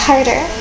Harder